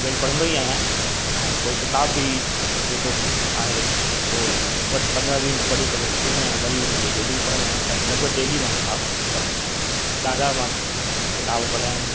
जे पढ़ंदो ई आहियां ऐं कोई किताब बि जेको आहे पोइ वटि पंद्राहं वीह मिंट पढ़ी करे रखंदो आहियां वरी उन खे ॿिए ॾींहुं पढ़ंदो आहियां पोइ डेली मां किताबु पढ़ंदो आहियां ऐं ॾाढा मां किताब पढ़िया आहिनि